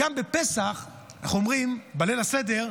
גם בפסח אנחנו אומרים בליל הסדר,